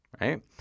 Right